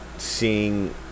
Seeing